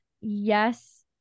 Yes